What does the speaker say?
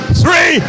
three